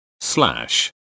slash